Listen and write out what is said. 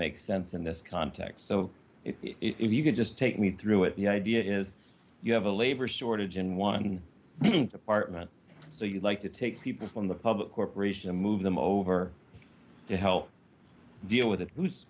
makes sense in this context so if you can just take me through it the idea is you have a labor shortage in one department so you like to take people from the public corporation and move them over to help deal with